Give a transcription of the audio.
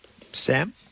Sam